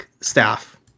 staff